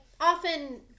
often